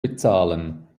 bezahlen